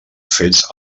fets